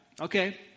okay